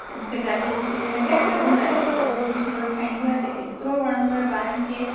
त मूंखे गाजर जे सीरे में टाइम लॻंदो आहे पर गाजर जो सीरो ठहंदो आहे त एतिरो वणंदो आहे ॿारनि खे